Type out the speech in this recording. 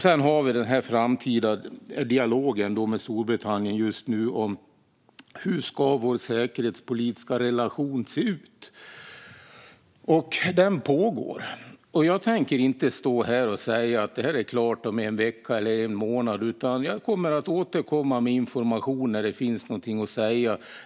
Sedan har vi just nu dialogen med Storbritannien om hur vår framtida säkerhetspolitiska relation ska se ut. Den dialogen pågår, och jag tänker inte stå här och säga att detta är klart om en vecka eller en månad, utan jag kommer att återkomma med information när det finns någonting att säga.